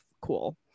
cool